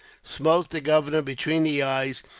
smote the governor between the eyes,